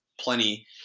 plenty